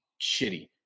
shitty